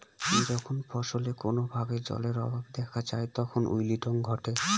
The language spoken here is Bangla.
যখন ফসলে কোনো ভাবে জলের অভাব দেখা যায় তখন উইল্টিং ঘটে